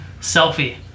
Selfie